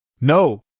No